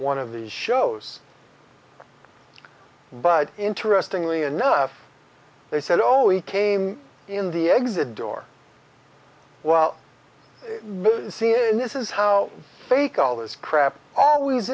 one of the shows but interestingly enough they said oh we came in the exit door well c n n this is how fake all this crap always